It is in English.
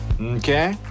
Okay